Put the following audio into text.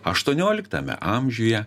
aštuonioliktame amžiuje